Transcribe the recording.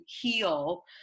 heal